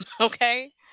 Okay